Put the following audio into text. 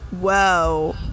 Whoa